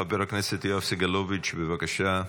חבר הכנסת יואב סגלוביץ', בבקשה,